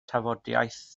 tafodiaith